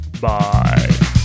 Bye